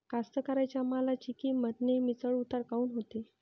कास्तकाराइच्या मालाची किंमत नेहमी चढ उतार काऊन होते?